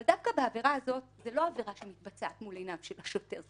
אבל דווקא העבירה הזאת אינה עבירה שמתבצעת מול עיניו של השוטר.